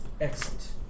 Excellent